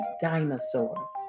dinosaur